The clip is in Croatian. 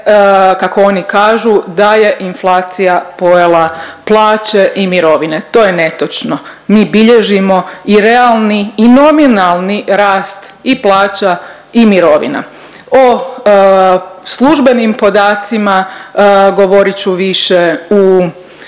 kako oni kažu da je inflacija pojela plaće i mirovine. To je netočno, mi bilježimo i realni i nominalni rast i plaća i mirovina. O službenim podacima govorit ću više u